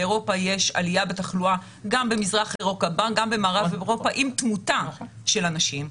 באירופה יש עלייה בתחלואה עם תמותה של אנשים.